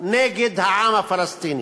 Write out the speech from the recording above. נגד העם הפלסטיני.